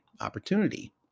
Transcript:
Opportunity